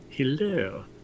Hello